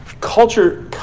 Culture